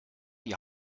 die